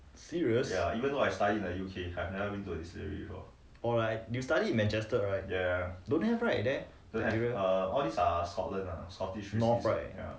serious oh like you study in manchester right don't have right there the area north right